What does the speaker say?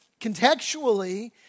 contextually